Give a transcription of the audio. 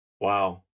Wow